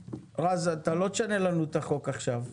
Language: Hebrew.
רז אתה לא תשנה לנו את החוק עכשיו.